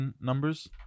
numbers